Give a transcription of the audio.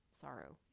sorrow